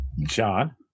John